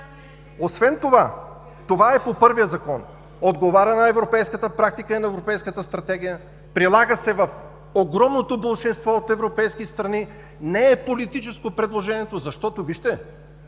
система. Това е по първия Закон. Отговаря на европейската практика и на европейската стратегия, прилага се в огромното болшинство от европейските страни, не е политическо предложението. Защото, вижте,